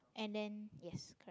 and then yes